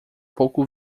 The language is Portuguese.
pouco